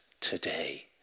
today